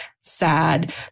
sad